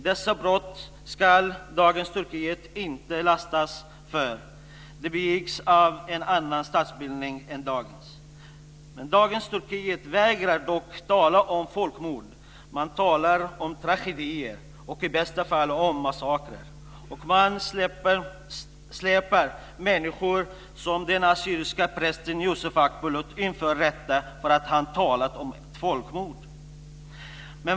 Dessa brott ska dagens Turkiet inte lastas för. De begicks av en annan statsbildning än dagens. Dagens Turkiet vägrar dock tala om folkmord. Man talar om tragedier och i bästa fall om massakrer. Och man släpar människor som den assyriska prästen Yusuf Akbulut inför rätta för att han talat om folkmord.